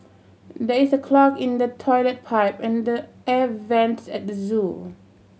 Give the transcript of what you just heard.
there is a clog in the toilet pipe and the air vents at the zoo